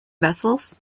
vessels